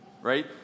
Right